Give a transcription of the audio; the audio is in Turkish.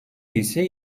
ise